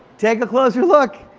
take a closer look,